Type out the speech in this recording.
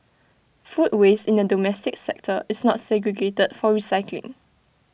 food waste in the domestic sector is not segregated for recycling